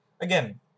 again